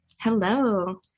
Hello